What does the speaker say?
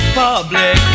public